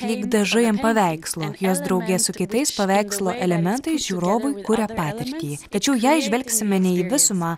lyg dažai ant paveikslo jos drauge su kitais paveikslo elementai žiūrovui kuria patirtį tačiau jei žvelgsime ne į visumą